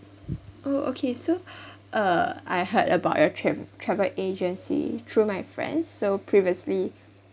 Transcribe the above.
oh okay so uh I've heard about your tra~ travel agency through my friends so previously